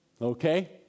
Okay